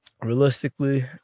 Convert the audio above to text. realistically